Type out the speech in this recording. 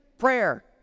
prayer